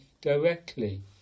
directly